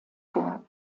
vor